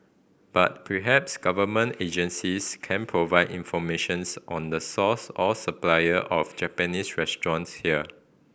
but perhaps government agencies can provide informations on the source or supplier of Japanese restaurants here